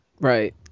Right